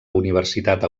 universitat